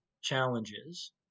challenges